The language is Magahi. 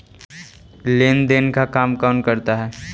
लेन देन का काम कौन करता है?